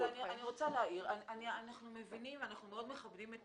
אנחנו מבינים ואנחנו מאוד מכבדים את